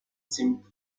seemed